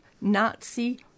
nazi